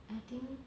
I think